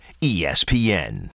ESPN